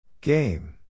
Game